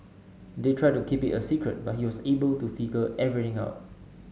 they tried to keep it a secret but he was able to figure everything out